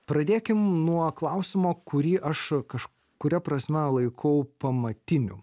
pradėkim nuo klausimo kurį aš kažkuria prasme laikau pamatiniu